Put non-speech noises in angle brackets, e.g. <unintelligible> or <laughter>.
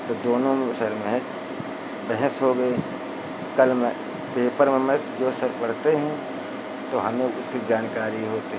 तो दोनों में फिर <unintelligible> बहस हो गई कल मैं पेपर में मैं जो सर पढ़ते हैं तो हमें उससे जानकारी होते